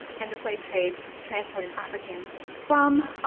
and the slave trade transported africans from